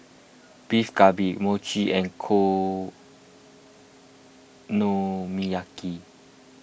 Beef Galbi Mochi and Okonomiyaki